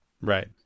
Right